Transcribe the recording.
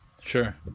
Sure